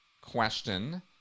question